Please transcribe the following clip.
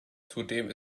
zudem